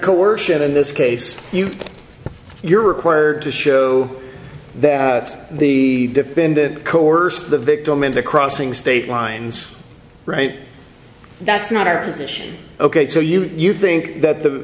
worship in this case you you're required to show that the defendant coerced the victim into crossing state lines right that's not our position ok so you think that the